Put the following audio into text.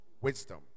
wisdom